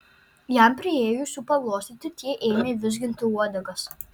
jam priėjus jų paglostyti tie ėmė vizginti uodegas